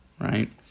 right